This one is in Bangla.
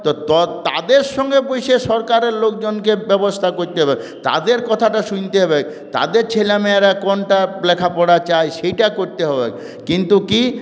তো তাদের সঙ্গে বসে সরকারের লোকজনকে ব্যবস্থা করতে হবে তাদের কথাটা শুনতে হবে তাদের ছেলেমেয়েরা কোনটা লেখাপড়া চায় সেইটা করতে হবেক কিন্তু কী